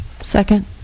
Second